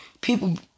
people